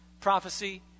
prophecy